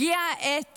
הגיעה העת